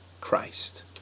Christ